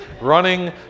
running